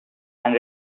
and